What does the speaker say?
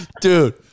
Dude